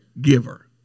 giver